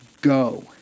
go